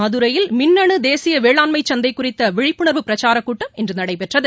மதுரையில் மின்னணு தேசிய வேளாண்மைசந்தை குறித்த விழிப்புணர்வு பிரச்சாரக் கூட்டம் இன்று நடைபெற்றது